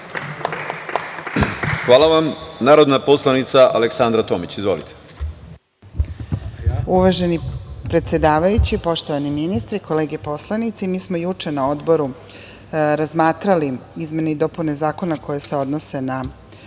Hvala vam. Narodna poslanica Aleksandra Tomić. Izvolite. **Aleksandra Tomić** Uvaženi predsedavajući, poštovani ministre, kolege poslanici, mi smo juče na odboru razmatrali izmene i dopune zakona koje se odnose na